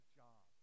job